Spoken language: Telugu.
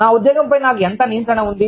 నా ఉద్యోగంపై నాకు ఎంత నియంత్రణ ఉంది